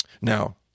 Now